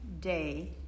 day